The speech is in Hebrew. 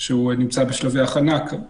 שהוא נמצא בשלבי הכנה כאן.